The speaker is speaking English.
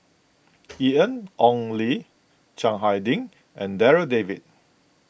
Ian Ong Li Chiang Hai Ding and Darryl David